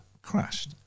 crashed